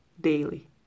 daily